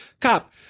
cop